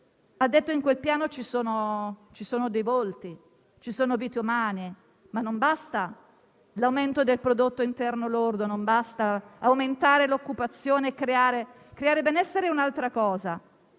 ha detto che in quel piano ci sono volti e vite umane. Ma non basta l'aumento del prodotto interno lordo, non basta aumentare l'occupazione; creare benessere è un'altra cosa: